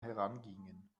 herangingen